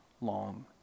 long